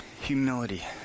humility